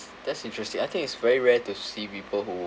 that's interesting I think it's very rare to see people who